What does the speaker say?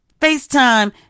FaceTime